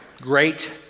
great